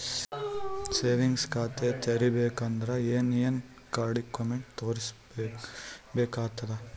Savings ಖಾತಾ ತೇರಿಬೇಕಂದರ ಏನ್ ಏನ್ಡಾ ಕೊಮೆಂಟ ತೋರಿಸ ಬೇಕಾತದ?